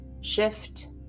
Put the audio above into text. shift